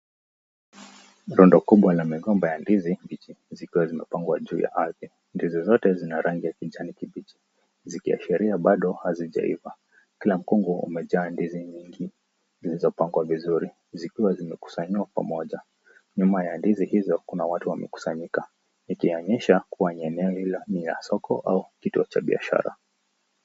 Rundo kubwa la migomba ya ndizi mbichi zikiwa zimepangwa juu ya ardhi. Ndizi zote zina rangi ya kijani kibichi zikiashiria bado hazijaiva. Kila mkungu umejaa ndizi nyingi zilizopangwa vizuri zikiwa zimekusanyiwa pamoja. Nyuma ya ndizi hizo kuna watu wamekusanyika ikionyesha kuwa eneo hilo ni la soko au kituo cha biashara.